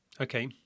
Okay